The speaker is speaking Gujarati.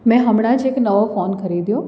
મેં હમણાં જ એક નવો ફોન ખરીદ્યો